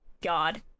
God